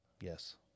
Yes